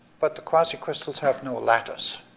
but the quasicrystals have no lattice.